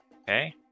Okay